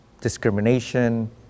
discrimination